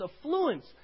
affluence